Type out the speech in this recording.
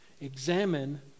examine